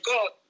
God